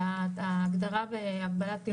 כי ההגדרה בהגבלת,